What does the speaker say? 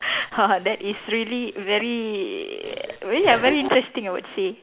that is really very very ya very interesting I would say